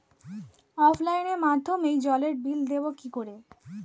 অফলাইনে মাধ্যমেই জলের বিল দেবো কি করে?